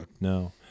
No